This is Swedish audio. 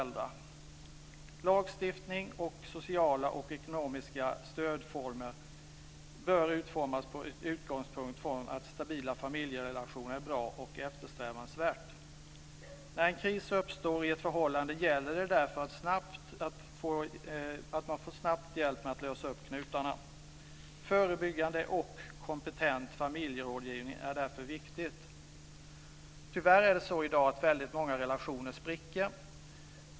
Lagstiftning och sociala ekonomiska stödformer bör utformas med utgångspunkt i att stabila familjerelationer är bra och eftersträvansvärt. När en kris uppstår i ett förhållande gäller det därför att man snabbt får hjälp med att lösa upp knutarna. Förebyggande och kompetent familjerådgivning är därför viktigt. Tyvärr är det så i dag att väldigt många relationer spricker.